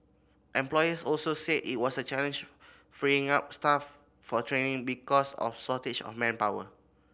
employers also said it was a challenge freeing up staff for training because of shortage of manpower